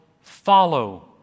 Follow